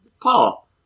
Paul